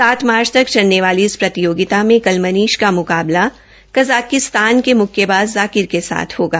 सात मार्च तक चलने वाली इस प्रतियोगिता मे कल मनीष का म्काबला कज़ाकिस्तान के म्क्केबाज़ ज़ाकिर के साथ होगा